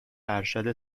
ارشد